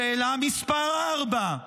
שאלה 3: